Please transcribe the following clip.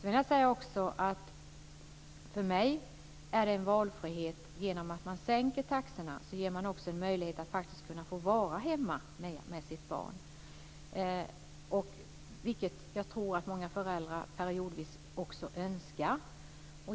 För mig är också detta en valfrihet på så vis att man genom att sänka taxorna ger en möjlighet att faktiskt kunna få vara hemma mer med sitt barn, vilket jag tror att många föräldrar periodvis önskar.